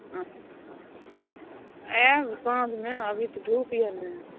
हॅं आयब साँझमे अभी तऽ धुप अछि ने